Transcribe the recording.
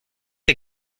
est